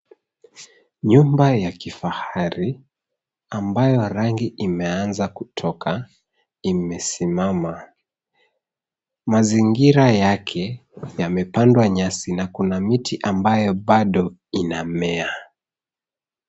Nyumba ya kifahari, ambayo rangi imeanza kutoka, imesimama. Mazingira yake yamepandwa nyasi na kuna miti ambayo bado inamea.